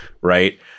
right